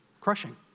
crushing